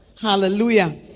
hallelujah